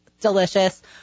Delicious